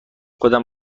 خودم